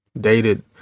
dated